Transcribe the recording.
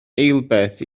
eilbeth